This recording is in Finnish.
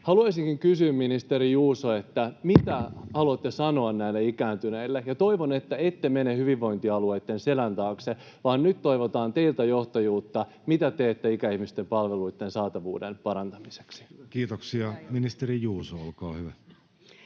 Haluaisinkin kysyä, ministeri Juuso: mitä haluatte sanoa näille ikääntyneille? Toivon, että ette mene hyvinvointialueitten selän taakse, vaan nyt toivotaan teiltä johtajuutta. Mitä teette ikäihmisten palveluitten saatavuuden parantamiseksi? Kiitoksia. — Ministeri Juuso, olkaa hyvä.